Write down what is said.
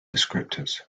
descriptors